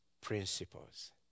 Principles